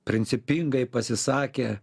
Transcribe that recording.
principingai pasisakė